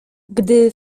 gdy